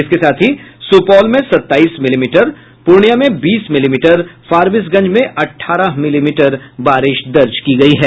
इसके साथ ही सुपौल में सत्ताईस मिलीमीटर पूर्णियां में बीस मिलीमीटर फारबीसगंज में अठारह मिलीमीटर बारिश दर्ज की गयी है